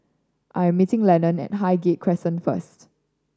I am meeting Lennon at Highgate Crescent first